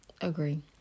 agree